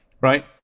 right